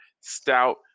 stout